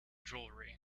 jewelry